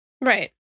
Right